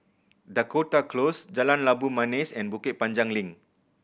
Dakota Close Jalan Labu Manis and Bukit Panjang Link